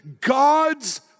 God's